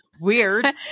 weird